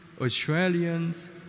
Australians